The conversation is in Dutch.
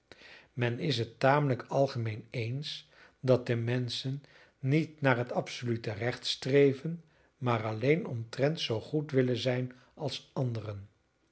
men is het tamelijk algemeen eens dat de menschen niet naar het absolute recht streven maar alleen omtrent zoo goed willen zijn als anderen